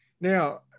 Now